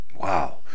Wow